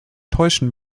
täuschen